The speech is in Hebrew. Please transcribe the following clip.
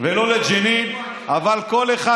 לא לג'נין, אבל כל אחד